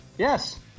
Yes